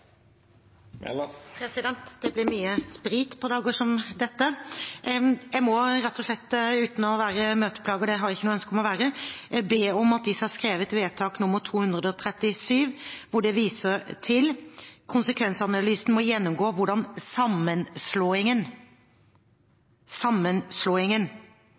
Jeg må rett og slett, uten å være møteplager – det har jeg ikke noe ønske om å være – vise til vedtak nr. 237, der det står: «Konsekvensanalysen må gjennomgå hvordan sammenslåingen» – sammenslåingen – «vil påvirke tjenestetilbudet.» Det